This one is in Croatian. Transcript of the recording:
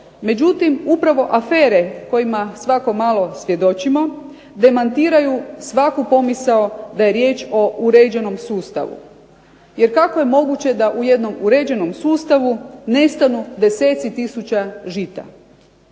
Međutim, upravo afere kojima svako malo svjedočimo demantiraju svaku pomisao da je riječ o uređenom sustavu. Jer kako je moguće da u jednom uređenom sustavu nestanu deseci tisuća žita?